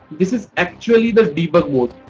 this is actually the debug mode.